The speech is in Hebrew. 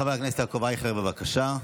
חבר הכנסת ישראל אייכלר, בבקשה.